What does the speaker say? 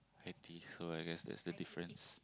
I think so I guess that's the difference